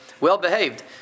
well-behaved